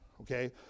Okay